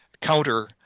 counter